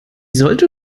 sollte